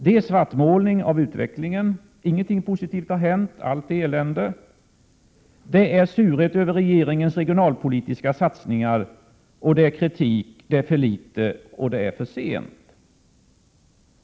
Det är en svartmålning av utvecklingen, inget positivt har hänt, allt är elände. Det är surhet över regeringens regionalpolitiska satsningar. Och det är kritik, det är för litet och för sent.